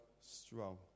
strong